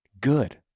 Good